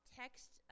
text